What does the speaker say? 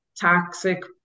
toxic